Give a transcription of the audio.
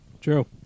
True